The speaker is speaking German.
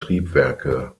triebwerke